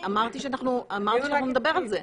אני אמרתי שאנחנו נדבר על זה,